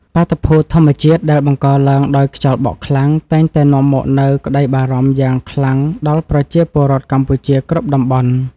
បាតុភូតធម្មជាតិដែលបង្កឡើងដោយខ្យល់បក់ខ្លាំងតែងតែនាំមកនូវក្តីបារម្ភយ៉ាងខ្លាំងដល់ប្រជាជនកម្ពុជាគ្រប់តំបន់។